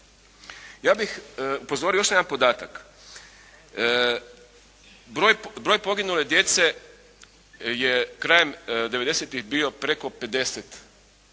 Ja bih upozorio na još jedan podatak. Broj poginule djece je krajem devedesetih bio preko 50